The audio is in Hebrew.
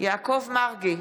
יעקב מרגי,